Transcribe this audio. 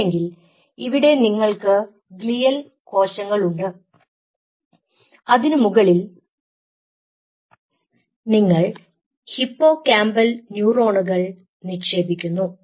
അല്ലെങ്കിൽ ഇവിടെ നിങ്ങൾക്ക് ഗ്ലിയൽ കോശങ്ങളുണ്ട് അതിനുമുകളിൽ നിങ്ങൾ ഹിപ്പോകാമ്പൽ ന്യൂറോണുകൾ നിക്ഷേപിക്കുന്നു